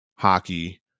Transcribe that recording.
Hockey